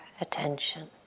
attention